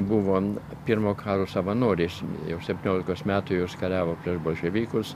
buvo pirmo karo savanoris jau septyniolikos metų jis kariavo prieš bolševikus